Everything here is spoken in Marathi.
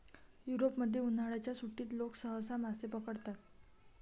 युरोपमध्ये, उन्हाळ्याच्या सुट्टीत लोक सहसा मासे पकडतात